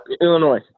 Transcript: Illinois